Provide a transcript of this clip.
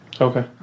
Okay